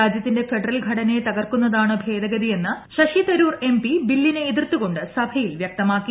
രാജ്യത്തിന്റെ ഫെഡറൽ ഘടനയെ തകർക്കുന്നതാണ് ഭേദഗതിയെന്ന് ശശി തരൂർ എംപി ബില്ലിനെ എതിർത്തു കൊണ്ട് സഭയിൽ വൃക്തമാക്കി